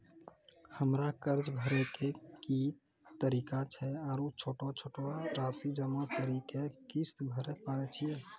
हमरा कर्ज भरे के की तरीका छै आरू छोटो छोटो रासि जमा करि के किस्त भरे पारे छियै?